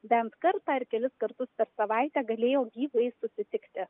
bent kartą ar kelis kartus per savaitę galėjo gyvai susitikti